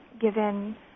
given